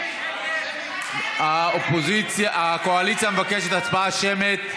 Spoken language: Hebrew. הקואליציה מבקשת הצבעה שמית.